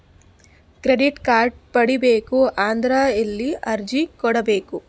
Credit card ಪಡಿಬೇಕು ಅಂದ್ರ ಎಲ್ಲಿ ಅರ್ಜಿ ಕೊಡಬೇಕು?